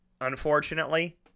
unfortunately